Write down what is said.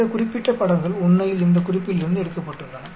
இந்த குறிப்பிட்ட படங்கள் உண்மையில் இந்த குறிப்பிலிருந்து எடுக்கப்பட்டுள்ளன